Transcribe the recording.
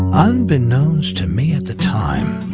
unbeknownst to me at the time,